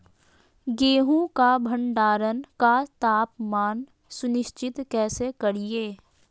गेहूं का भंडारण का तापमान सुनिश्चित कैसे करिये?